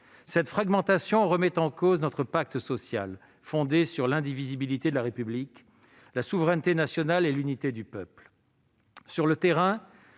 Cette fragmentation remet en cause notre pacte social, fondé sur l'indivisibilité de la République, la souveraineté nationale et l'unité du peuple.